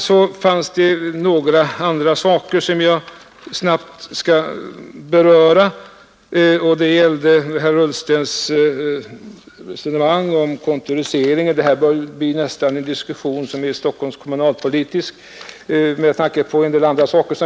Sedan är det några andra fragor som jag snabbt skall beröra. Det gäller herr Ullstens resonemang om kontorisering. Det här börjar tan likna en debatt i Stockholms kommunfullmäktige.